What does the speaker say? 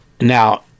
Now